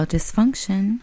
Dysfunction